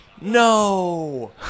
No